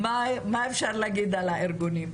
אני רוצה להתחיל עם מרסל אסולין, מנהלת אגף הגיל